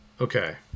Okay